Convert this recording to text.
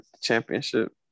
championship